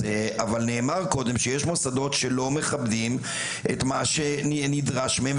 אבל נאמר קודם שיש מוסדות שלא מכבדים את מה שנדרש מהם,